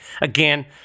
again